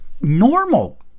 normal